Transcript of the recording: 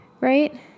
right